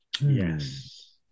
yes